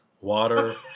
Water